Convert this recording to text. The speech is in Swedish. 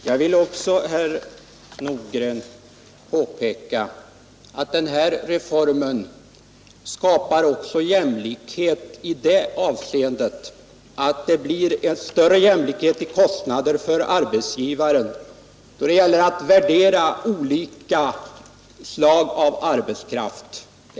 Herr talman! Jag vill påpeka, herr Nordgren, att denna reform också skapar större jämlikhet i fråga om kostnader för arbetsgivaren då det gäller att värdera olika slag av arbetskraft.